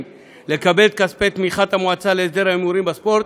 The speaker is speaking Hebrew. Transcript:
לקבל את כספי תמיכת המועצה להסדר ההימורים בספורט,